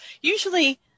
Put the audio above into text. Usually